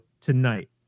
tonight